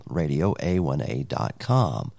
radioa1a.com